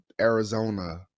arizona